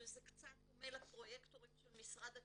שזה קצת דומה לפרויקטורים של משרד הקליטה,